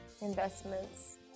Investments